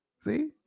See